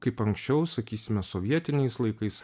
kaip anksčiau sakysime sovietiniais laikais